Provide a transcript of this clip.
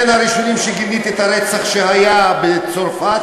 אני בין הראשונים שגיניתי את הרצח שהיה בצרפת,